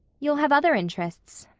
you'll have other interests.